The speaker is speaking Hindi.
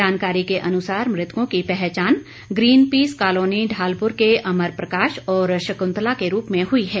जानकारी के अनुसार मृतकों की पहचान ग्रीनपीस कॉलोनी ढालपुर के अमर प्रकाश और शकुन्तला के रूप में हुई है